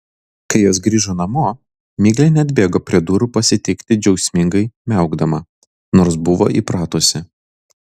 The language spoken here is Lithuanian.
kai jos grįžo namo miglė neatbėgo prie durų pasitikti džiaugsmingai miaukdama nors buvo įpratusi